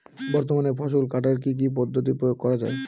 বর্তমানে ফসল কাটার কি কি পদ্ধতি প্রয়োগ করা হয়?